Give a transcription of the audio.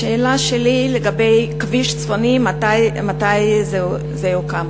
השאלה שלי לגבי כביש צפוני: מתי זה יוקם?